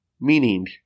Meaning